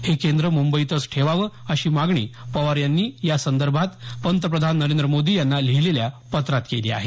हे केंद्र मुंबईतच ठेवावं अशी मागणी पवार यांनी या संदर्भात पंतप्रधान नरेंद्र मोदी यांना लिहिलेल्या पत्रात केली आहे